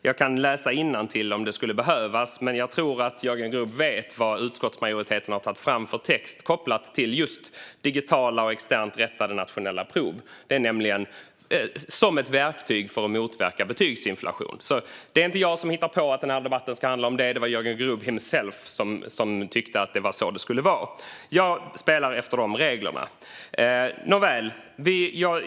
Jag kan läsa innantill om det skulle behövas, men jag tror att Jörgen Grubb vet vad utskottsmajoriteten har tagit fram för någon text kopplat till just digitala och externt rättade nationella prov som ett verktyg för att motverka betygsinflation. Det är alltså inte jag som hittar på att debatten ska handla om det. Det var Jörgen Grubb själv som tyckte det. Jag spelar efter de reglerna. Nåväl!